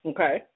Okay